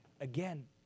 Again